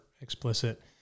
explicit